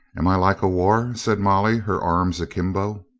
am i like a war? said molly, her arms akimbo.